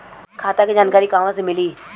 खाता के जानकारी कहवा से मिली?